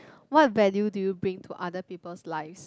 what value do you bring to other people's lives